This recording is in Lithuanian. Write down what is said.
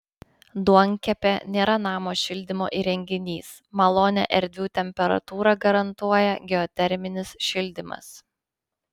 duonkepė nėra namo šildymo įrenginys malonią erdvių temperatūrą garantuoja geoterminis šildymas